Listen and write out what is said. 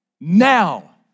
Now